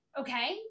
Okay